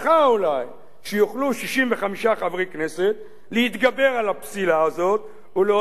שיוכלו 65 חברי כנסת להתגבר על הפסילה הזאת ולהותיר את החוק